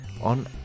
on